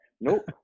nope